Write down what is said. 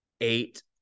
eight